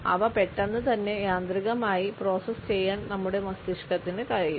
അവ പെട്ടെന്ന് തന്നെ യാന്ത്രികമായി പ്രോസസ്സ് ചെയ്യാൻ നമ്മുടെ മസ്തിഷ്കത്തിന് കഴിയും